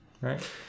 right